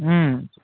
ওঁ